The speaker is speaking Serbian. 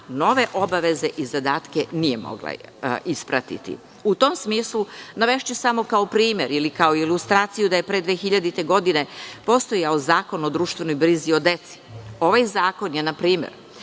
nove obaveze i zadatke nije mogla da isprati. U tom smislu navešću samo kao primer ili kao ilustraciju da je pre 2000. godine postojao Zakon o društvenoj brizi o deci. Ovaj zakon je npr.